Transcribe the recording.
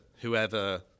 whoever